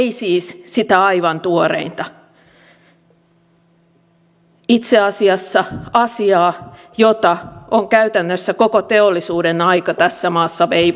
ei siis sitä aivan tuoreinta itse asiassa asiaa jota on käytännössä koko teollisuuden ajan tässä maassa veivattu